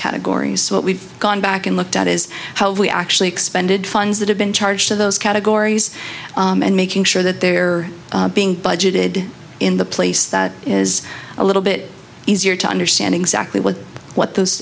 categories so what we've gone back and looked at is how we actually expanded funds that have been charged to those categories and making sure that they're being budgeted in the place that is a little bit easier to understand exactly what what those